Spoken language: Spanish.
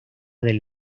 del